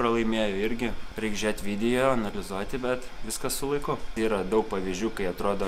pralaimėjo irgi reik žiūrėti video analizuoti bet viskas su laiku yra daug pavyzdžių kai atrodo